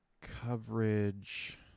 coverage